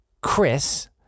Chris